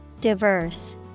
Diverse